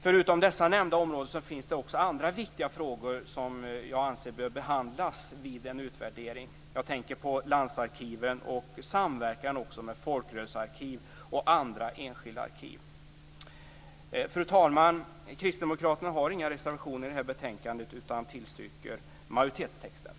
Förutom dessa nämnda områden finns det också andra viktiga frågor som jag anser bör behandlas vid en utvärdering. Jag tänker på landsarkiven och även på samverkan med folkrörelsearkiv och andra enskilda arkiv. Fru talman! Kristdemokraterna har inga reservationer vid det här betänkandet utan tillstyrker majoritetens förslag.